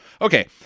Okay